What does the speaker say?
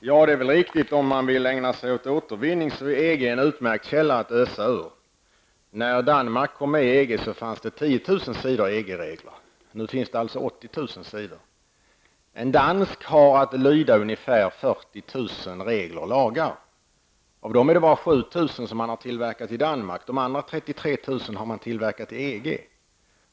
Herr talman! Det är riktigt att vill man ägna sig åt återvinning är EG en utmärkt källa att ösa ur. När regler. Nu finns det alltså 80 000 sidor. En dansk har att lyda ungefär 40 000 regler och lagar. Av dem är det bara 7 000 som har tillverkats i Danmark. De andra 33 000 har gjorts i EG.